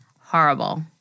horrible